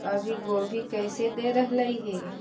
अभी गोभी कैसे दे रहलई हे?